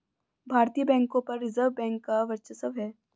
भारतीय बैंकों पर रिजर्व बैंक का वर्चस्व है